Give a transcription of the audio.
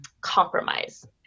compromise